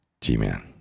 G-Man